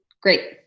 Great